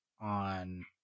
on